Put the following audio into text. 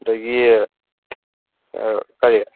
ꯑꯗꯒꯤ ꯀꯔꯤ